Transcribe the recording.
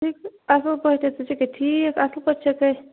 ٹھیٖکٕے اَصٕل پٲٹھۍ ژٕ چھکھے ٹھیٖک اَصٕل پٲٹھۍ چھَکے